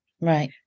Right